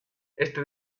este